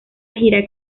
gira